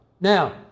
Now